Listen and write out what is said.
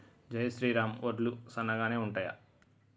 జై శ్రీరామ్ వడ్లు సన్నగనె ఉంటయా?